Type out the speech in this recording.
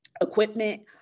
equipment